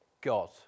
God